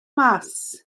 mas